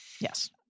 yes